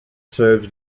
serves